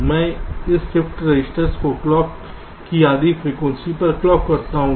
और मैं इस शिफ्ट रेजिस्टर्स को क्लॉक की आधी फ्रीक्वेंसी पर क्लॉक करता हूं